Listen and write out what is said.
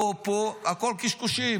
הכול קשקושים,